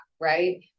right